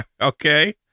Okay